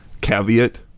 caveat